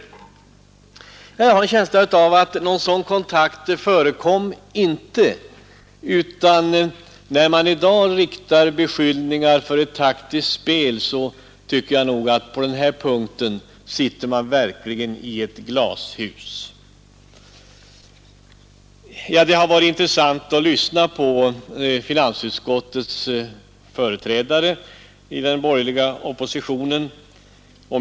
Ingen sådan kontakt förekom, utan när man i dag riktar beskyllningar för ett taktiskt spel tycker jag att man på denna punkt verkligen sitter i ett glashus. Det har varit intressant att lyssna på finansutskottets företrädare i den borgerliga oppositionen.